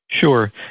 Sure